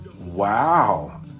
Wow